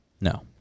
No